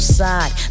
side